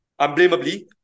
unblamably